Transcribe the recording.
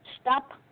Stop